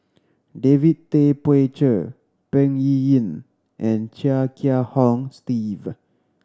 David Tay Poey Cher Peng Yuyun and Chia Kiah Hong Steve